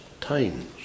times